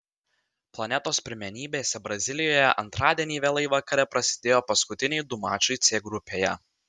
planetos pirmenybėse brazilijoje antradienį vėlai vakare prasidėjo paskutiniai du mačai c grupėje